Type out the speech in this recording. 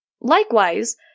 Likewise